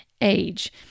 age